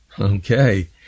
okay